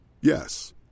Yes